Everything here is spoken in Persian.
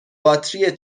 باتری